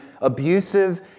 abusive